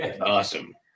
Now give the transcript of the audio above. Awesome